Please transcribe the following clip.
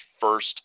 first